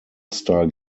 star